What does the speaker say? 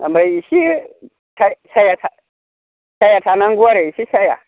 ओमफ्राय इसे साया थानांगौ आरो एसे साया